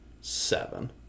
seven